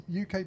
uk